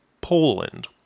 Poland